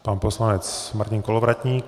Pan poslanec Martin Kolovratník.